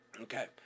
okay